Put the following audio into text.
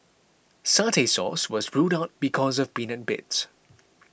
satay sauce was ruled out because of peanut bits